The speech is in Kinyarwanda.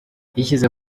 yishyize